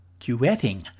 duetting